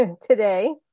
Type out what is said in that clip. today